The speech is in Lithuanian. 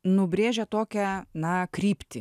nubrėžia tokią na kryptį